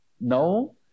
No